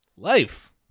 Life